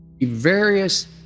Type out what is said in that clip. Various